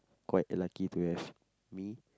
quite lucky to have me